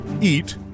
Eat